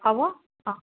হ'ব অ